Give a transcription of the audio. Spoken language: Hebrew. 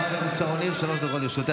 חברת הכנסת שרון ניר, שלוש דקות לרשותך.